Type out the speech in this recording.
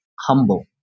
humble